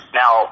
now